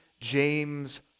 James